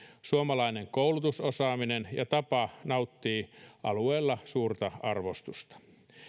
suomalainen koulutusosaaminen ja tapa nauttivat alueella suurta arvostusta